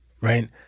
Right